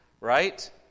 right